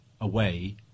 away